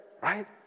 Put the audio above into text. Right